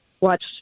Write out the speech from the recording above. watch